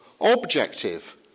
objective